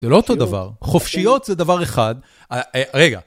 זה לא אותו דבר, חופשיות זה דבר אחד... רגע.